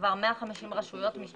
וכבר 150 רשויות משתמשות בה.